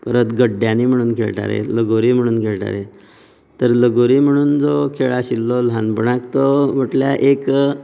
परत गड्डयांनी म्हणून खेळटालें लगोरी म्हणून खेळटालें तर लगोरी म्हणून जो खेळ आशिल्लो तो ल्हानपणांत तो म्हटल्यार एक